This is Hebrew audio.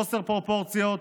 חוסר פרופורציות,